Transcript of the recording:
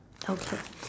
okay